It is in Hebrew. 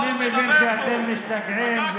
אני מבין שאתם משתגעים.